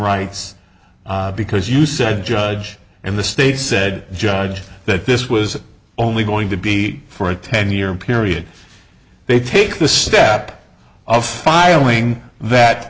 rights because you said judge and the state said judge that this was only going to be for a ten year period they take the step of filing that